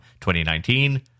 2019